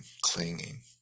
clinging